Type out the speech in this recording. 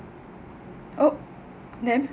then